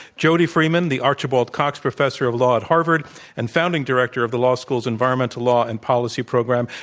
jody freeman, the archibald cox professor of law at harvard and founding director of the law schools environmental law and policy program.